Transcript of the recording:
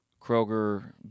Kroger